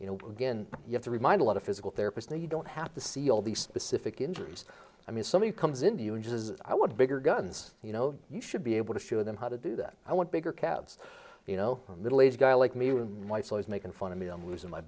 you know again you have to remind a lot of physical therapist that you don't have to see all these specific injuries i mean somebody comes in to you and i want bigger guns you know you should be able to show them how to do that i want bigger calves you know a middle aged guy like me when my son is making fun of me i'm losing my